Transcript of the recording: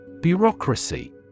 Bureaucracy